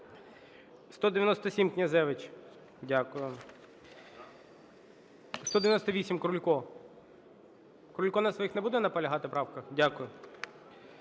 197, Князевич. Дякую. 198, Крулько. Крулько на своїх не буде наполягати правках? Дякую.